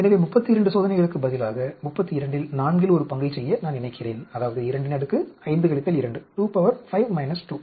எனவே 32 சோதனைகளுக்குப் பதிலாக 32 இல் நான்கில் ஒரு பங்கைச் செய்ய நான் நினைக்கிறேன் அதாவது 25 2